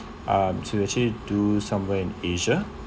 um to actually do somewhere in asia